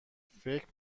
فکر